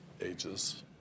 ages